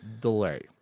delay